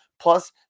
Plus